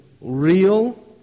real